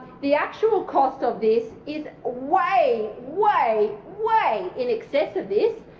the actual cost of this is way, way, way in excess of this.